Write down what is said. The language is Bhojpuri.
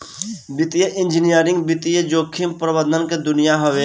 वित्तीय इंजीनियरिंग वित्तीय जोखिम प्रबंधन के दुनिया हवे